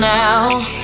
now